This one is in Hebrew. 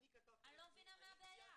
אני לא מבינה מה הבעיה.